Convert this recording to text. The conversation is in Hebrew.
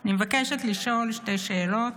אני מבקשת לשאול שתי שאלות: